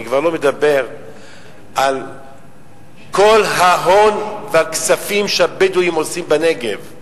אני כבר לא מדבר על כל ההון והכספים שהבדואים עושים בנגב,